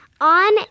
on